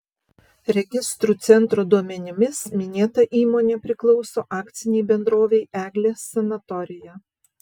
registrų centro duomenimis minėta įmonė priklauso akcinei bendrovei eglės sanatorija